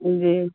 जी